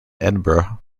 edinburgh